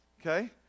Okay